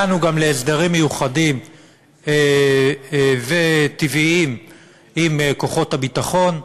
הגענו גם להסדרים מיוחדים וטבעיים עם כוחות הביטחון,